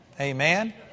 Amen